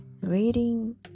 reading